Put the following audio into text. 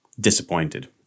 disappointed